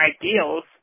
ideals